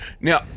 Now